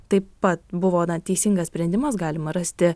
taip pat buvo teisingas sprendimas galima rasti